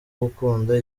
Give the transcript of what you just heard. gukunda